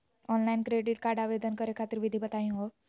Online credit card आवेदन करे खातिर विधि बताही हो?